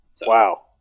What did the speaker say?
Wow